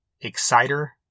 Exciter